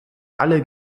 alle